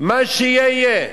מה שיהיה יהיה.